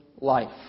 life